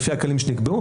לפי הכלים שנקבעו,